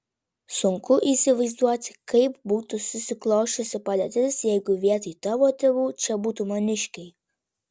sunku įsivaizduoti kaip būtų susiklosčiusi padėtis jeigu vietoj tavo tėvų čia būtų maniškiai